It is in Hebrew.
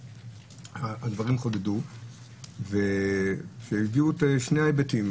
הדברים חודדו והביאו את שני ההיבטים.